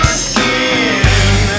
skin